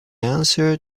answer